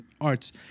arts